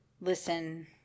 listen